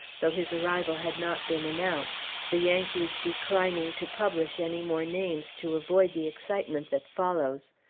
though his arrival had not been announced, the yankees declining to publish any more names to avoid the excitement that follows.